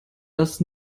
das